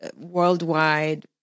worldwide